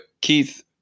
Keith